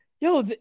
Yo